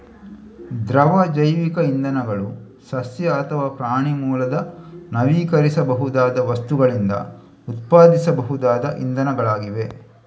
ದ್ರವ ಜೈವಿಕ ಇಂಧನಗಳು ಸಸ್ಯ ಅಥವಾ ಪ್ರಾಣಿ ಮೂಲದ ನವೀಕರಿಸಬಹುದಾದ ವಸ್ತುಗಳಿಂದ ಉತ್ಪಾದಿಸಬಹುದಾದ ಇಂಧನಗಳಾಗಿವೆ